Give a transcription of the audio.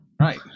Right